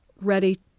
ready